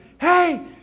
hey